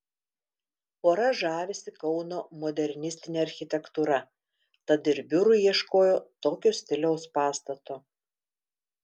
pora žavisi kauno modernistine architektūra tad ir biurui ieškojo tokio stiliaus pastato